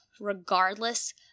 regardless